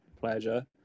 pleasure